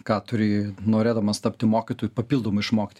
ką turi norėdamas tapti mokytoju papildomai išmokti